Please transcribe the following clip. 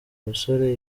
musore